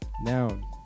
Noun